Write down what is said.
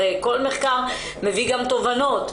הרי כל מחקר מביא גם תובנות,